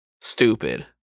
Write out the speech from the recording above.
stupid